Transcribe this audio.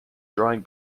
drying